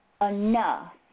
enough